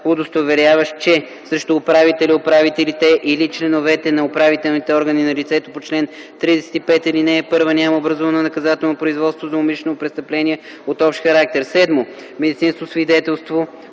удостоверяващ, че срещу управителя/управителите или членовете на управителните органи на лицето по чл. 35, ал. 1 няма образувано наказателно производство за умишлено престъпление от общ характер; 7. медицинско свидетелство